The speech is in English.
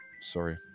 sorry